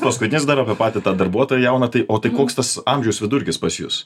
paskutinis dar apie patį tą darbuotoją jauną tai o tai koks tas amžiaus vidurkis pas jus